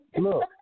Look